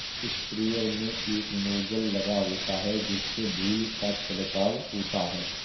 sprayer में एक nozzle लगा होता है जिससे धूल का छिड़काव होता है